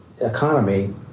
economy